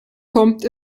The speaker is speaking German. kommt